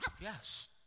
Yes